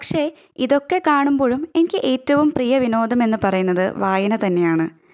പക്ഷെ ഇതൊക്കെ കാണുമ്പോഴും എനിക്ക് ഏറ്റവും പ്രിയ വിനോദം എന്നു പറയുന്നത് വായന തന്നെയാണ്